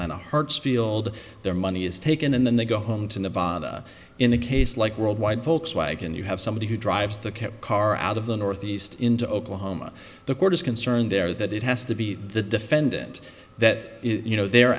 lana hartsfield their money is taken and then they go home to nevada in a case like worldwide volkswagen you have somebody who drives the kept car out of the northeast into oklahoma the court is concerned there that it has to be the defendant that you know their